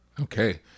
Okay